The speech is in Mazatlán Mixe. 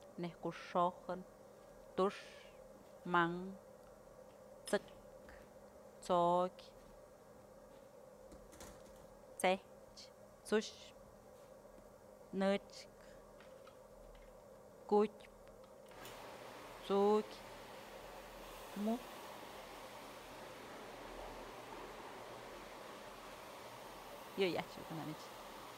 Neij ko'o xojë, tux, mankë, t'sëk, t'sokyë, t'sëch, t'suxpë, nëchkë, kutyëpë, t'sukyë, mujtyë yëyë ajtyëch dun të jamyëch.